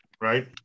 right